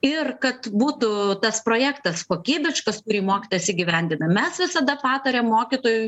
ir kad būtų tas projektas kokybiškas kurį mokytojas įgyvendina mes visada patariam mokytojui